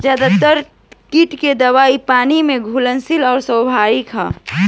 ज्यादातर कीट के दवाई पानी में घुलनशील आउर सार्वभौमिक ह?